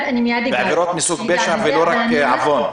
בעבירות מסוג פשע ולא רק עוון.